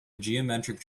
geometric